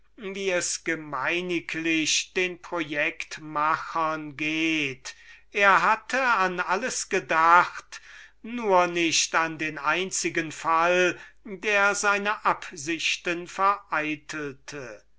wie es gemeiniglich den projektmachern geht er hatte an alles gedacht nur nicht an den einzigen fall der ihm seine absichten vereitelte